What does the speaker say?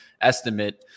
estimate